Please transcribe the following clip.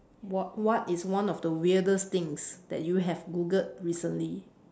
what what is one of the weirdest things that you have Googled recently